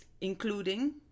including